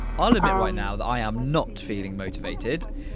i'll admit right now that i am not feeling motivated.